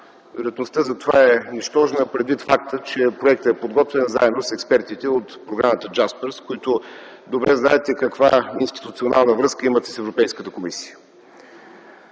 вероятността за това е нищожна предвид факта, че проектът е подготвен, заедно с експертите от програмата „Джаспърс”, което добре знаете каква институционална връзка има с Европейската комисия.